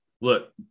Look